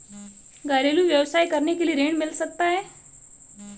घरेलू व्यवसाय करने के लिए ऋण मिल सकता है?